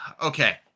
Okay